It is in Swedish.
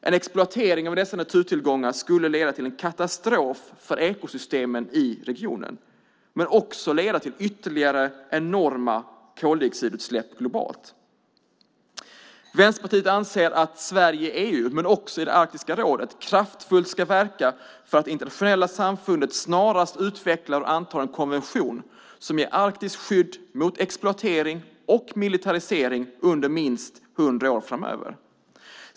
En exploatering av dessa naturtillgångar skulle leda till en katastrof för ekosystemen i regionen men också leda till ytterligare enorma koldioxidutsläpp globalt. Vänsterpartiet anser att Sverige i EU men också i Arktiska rådet kraftfullt ska verka för att det internationella samfundet snarast utvecklar och antar en konvention som ger Arktis skydd mot exploatering och militarisering under minst 100 år framöver.